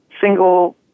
single